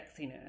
sexiness